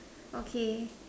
okay